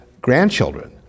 grandchildren